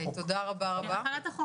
תודה רבה,